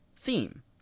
theme